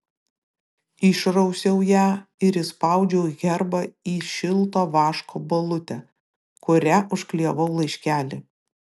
išrausiau ją ir įspaudžiau herbą į šilto vaško balutę kuria užklijavau laiškelį